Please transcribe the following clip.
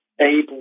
able